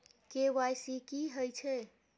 KYC की हय छै?